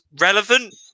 relevant